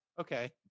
okay